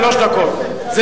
שלוש דקות.